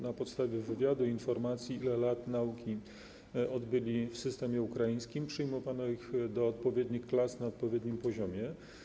Na podstawie wywiadu, informacji, ile lat nauki odbyli w systemie ukraińskim, przyjmowano ich do odpowiednich klas na odpowiednim poziomie.